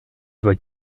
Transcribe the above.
vois